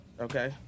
Okay